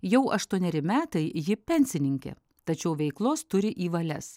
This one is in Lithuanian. jau aštuoneri metai ji pensininkė tačiau veiklos turi į valias